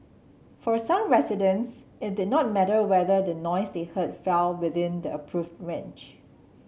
for some residents it did not matter whether the noise they heard fell within the approved range